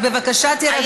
רק בבקשה, תירגעו.